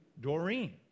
Doreen